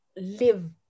live